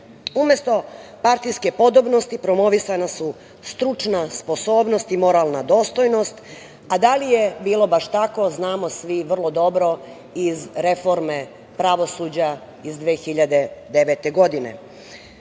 Ustava. Umesto partijske podobnosti promovisana su stručna sposobnost i moralna dostojnost, a da li je bilo baš tako znamo svi vrlo dobro iz reforme pravosuđa iz 2009. godine. Sudbinu